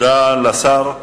תודה לשר.